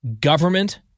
government